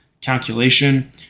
calculation